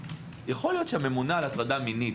יכול להיות שהממונה על הטרדה מינית